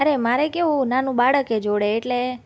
અરે મારે કેવું નાનું બાળક છે જોડે એટલે